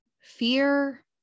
fear